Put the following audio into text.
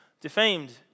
defamed